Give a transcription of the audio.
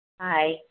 Hi